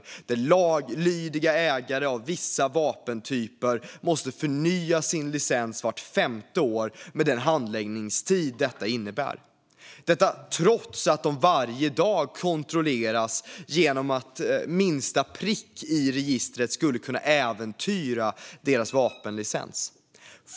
I dag måste laglydiga ägare av vissa vapentyper förnya sin licens vart femte år, med den handläggningstid detta innebär - detta trots att de varje dag kontrolleras genom att minsta prick i registret skulle kunna äventyra deras vapenlicens.